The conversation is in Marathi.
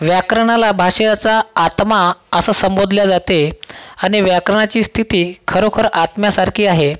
व्याकरणाला भाषेचा आत्मा असं संबोधल्या जाते आणि व्याकरणाची स्थिती खरोखर आत्म्यासारखी आहे